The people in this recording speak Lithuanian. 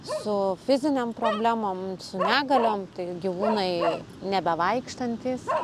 su fizinėm problemom su negaliom tai gyvūnai nebevaikštantys